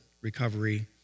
recovery